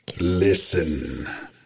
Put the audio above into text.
Listen